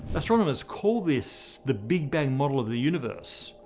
astronomers call this the big bang model of the universe.